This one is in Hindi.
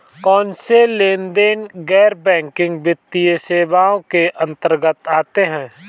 कौनसे लेनदेन गैर बैंकिंग वित्तीय सेवाओं के अंतर्गत आते हैं?